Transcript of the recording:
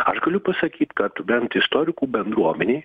aš galiu pasakyt kad bent istorikų bendruomenėj